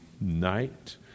night